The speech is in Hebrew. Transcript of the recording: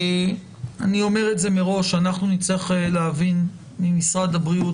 אני אומר מראש שאנחנו נצטרך להבין ממשרד הבריאות